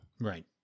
Right